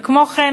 כמו כן,